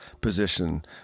position